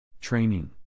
Training